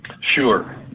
Sure